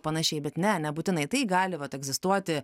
panašiai bet ne nebūtinai tai gali va egzistuoti